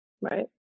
Right